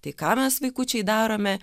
tai ką mes vaikučiai darome